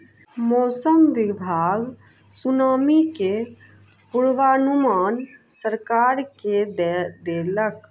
मौसम विभाग सुनामी के पूर्वानुमान सरकार के दय देलक